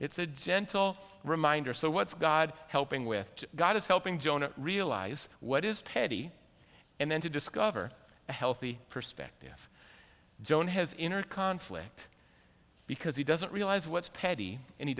it's a gentle reminder so what's god helping with god is helping jonah realize what is petty and then to discover a healthy perspective don't has inner conflict because he doesn't realize what's petty and he